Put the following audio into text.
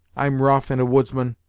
i'm rough and a woodsman,